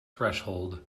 threshold